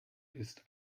ist